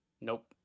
Nope